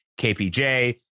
KPJ